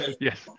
Yes